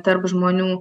tarp žmonių